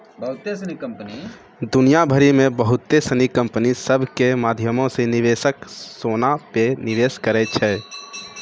दुनिया भरि मे बहुते सिनी कंपनी सभ के माध्यमो से निवेशक सोना पे निवेश करै छै